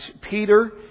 Peter